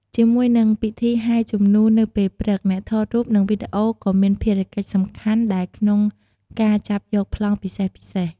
ជាមួយនឹងពិធីហែជំនូននៅពេលព្រឹក អ្នកថតរូបនិងវីដេអូក៏មានភារកិច្ចសំខាន់ដែរក្នុងការចាប់យកប្លង់ពិសេសៗ។